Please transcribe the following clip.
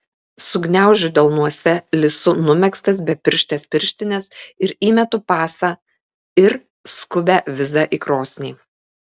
sugniaužiu delnuose lisu numegztas bepirštes pirštines ir įmetu pasą ir skubią vizą į krosnį